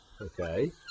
Okay